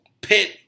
pit